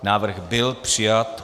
Návrh byl přijat.